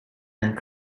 and